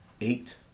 eight